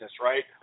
right